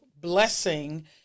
blessing